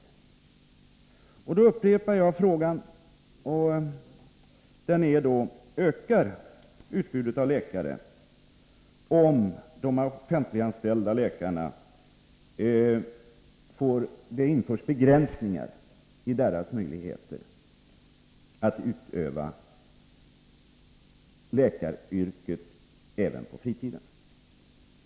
Då vill jag upprepa frågan: Ökar utbudet av läkare om det införs begränsningar i de offentliganställda läkarnas möjligheter att utöva läkaryrket även på fritiden?